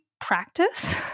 practice